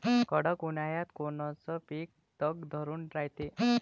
कडक उन्हाळ्यात कोनचं पिकं तग धरून रायते?